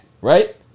right